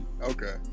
okay